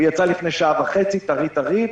הוא יצא לפני שעה וחצי, טרי-טרי.